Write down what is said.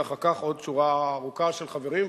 ואחר כך עוד שורה ארוכה של חברים,